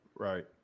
Right